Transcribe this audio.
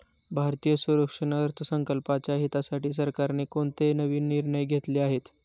भारतीय संरक्षण अर्थसंकल्पाच्या हितासाठी सरकारने कोणते नवीन निर्णय घेतले आहेत?